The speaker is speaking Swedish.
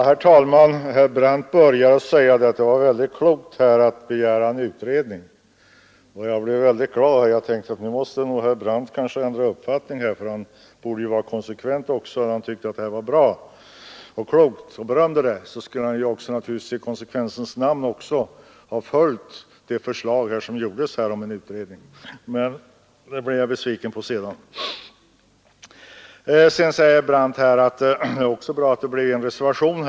Herr talman! Herr Brandt började med att säga att det var väldigt klokt att begära en utredning. Jag blev mycket glad och tänkte att nu måste nog herr Brandt ha ändrat uppfattning. När han tyckte att detta var klokt och bra och berömde det, så skulle han naturligtvis i konsekvensens namn också ha följt det förslag som här framlades om en utredning. Med sedan blev jag besviken. Herr Brandt sade att det också är bra att det bara blev en reservation.